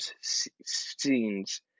scenes